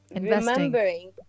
remembering